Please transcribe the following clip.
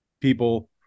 people